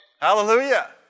Hallelujah